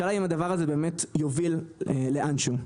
השאלה אם הדבר הזה באמת יוביל לאן שהוא.